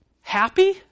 happy